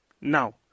Now